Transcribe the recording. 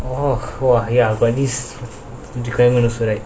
oh !wah! ya got this requirement also right